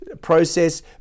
process